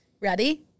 Ready